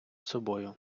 собою